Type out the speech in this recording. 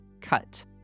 cut